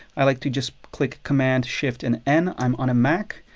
i like to just click command, shift and n i'm on a mac.